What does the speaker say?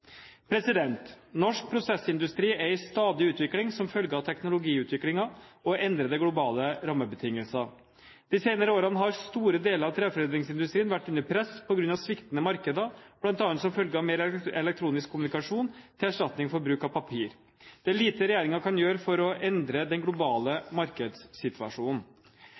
Norsk prosessindustri er i stadig utvikling som følge av teknologiutviklingen og endrede globale rammebetingelser. De senere årene har store deler av treforedlingsindustrien vært under press på grunn av sviktende markeder, bl.a. som følge av mer elektronisk kommunikasjon til erstatning for bruk av papir. Det er lite regjeringen kan gjøre for å endre den globale markedssituasjonen.